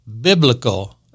biblical